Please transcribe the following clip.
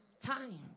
time